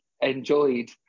enjoyed